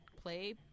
play